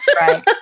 Right